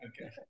Okay